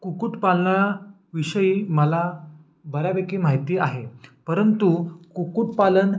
कुक्कुटपालनाविषयी मला बऱ्यापैकी माहिती आहे परंतु कुक्कुटपालन